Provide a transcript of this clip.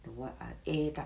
the what ah a duck